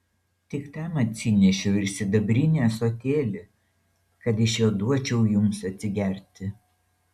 tik tam atsinešiau ir sidabrinį ąsotėlį kad iš jo duočiau jums atsigerti